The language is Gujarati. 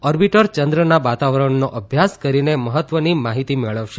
ઓર્બીટર ચંદ્રના વાતાવરણનો અભ્યાસ કરીને મહત્વની માહિતી મેળવશે